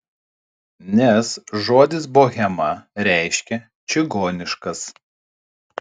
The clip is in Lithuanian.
nes žodis bohema reiškia čigoniškas